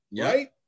right